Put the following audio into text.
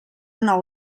nou